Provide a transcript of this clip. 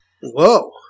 Whoa